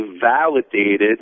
validated